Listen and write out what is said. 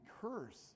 curse